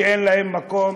שאין להם מקום,